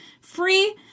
free